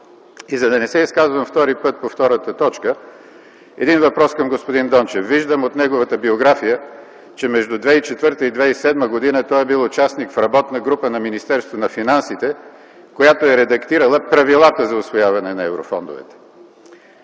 И за да не се изказвам втори път по втората точка, един въпрос към господин Дончев. Виждам от неговата биография, че между 2004 и 2007 г. той е бил участник в работна група на Министерството на финансите, която е редактирала Правилата за усвояване на еврофондовете.